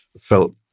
felt